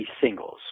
singles